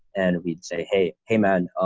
and we'd say, hey, hey, man,